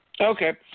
Okay